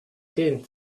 didn’t